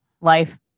life